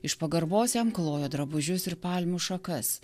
iš pagarbos jam klojo drabužius ir palmių šakas